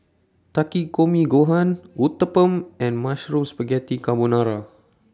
Takikomi Gohan Uthapam and Mushroom Spaghetti Carbonara